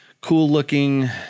cool-looking